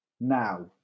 now